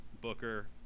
booker